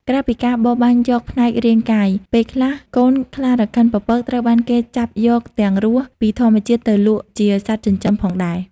ក្រៅពីការបរបាញ់យកផ្នែករាងកាយ ពេលខ្លះ កូនខ្លារខិនពពក ត្រូវបានគេចាប់យកទាំងរស់ពីធម្មជាតិទៅលក់ជា សត្វចិញ្ចឹមផងដែរ។